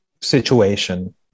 situation